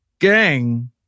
gang